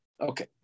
Okay